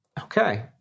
Okay